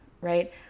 right